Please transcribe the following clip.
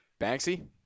Banksy